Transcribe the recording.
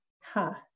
ha